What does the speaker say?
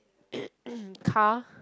car